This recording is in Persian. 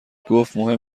گفتمهم